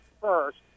first